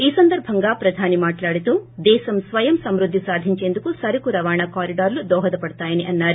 ఈ సందర్బంగా ప్రధాని మాట్లాడుతూ దేశం స్వయం సమృద్ది సాధించేందుకు సరకు రవాణా కారిడార్లు దోహదపడతాయని అన్నారు